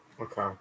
okay